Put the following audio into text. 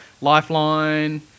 lifeline